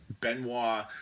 Benoit